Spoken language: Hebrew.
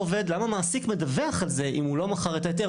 למה המעסיק מדווח על זה אם הוא לא מכר את ההיתר